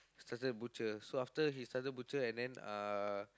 started butcher so after he started butcher and then uh